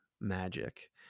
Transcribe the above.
magic